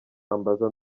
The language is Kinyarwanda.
ambaza